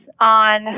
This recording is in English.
on